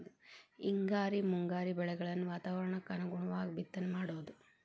ಹಿಂಗಾರಿ ಮುಂಗಾರಿ ಬೆಳೆಗಳನ್ನ ವಾತಾವರಣಕ್ಕ ಅನುಗುಣವಾಗು ಬಿತ್ತನೆ ಮಾಡುದು